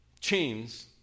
chains